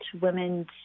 women